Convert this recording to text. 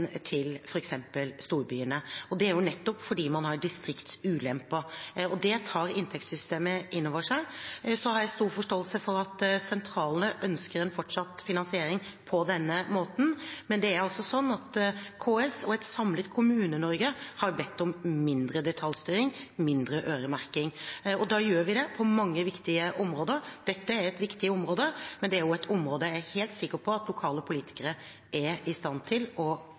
til f.eks. storbyene, og det er nettopp fordi man har distriktsulemper. Det tar inntektssystemet inn over seg. Så har jeg stor forståelse for at sentralene ønsker fortsatt finansiering på denne måten, men det er altså sånn at KS og et samlet Kommune-Norge har bedt om mindre detaljstyring, mindre øremerking, og da gjør vi det på mange viktige områder. Dette er et viktig område, men det er også et område jeg er helt sikker på at lokale politikere er i stand til å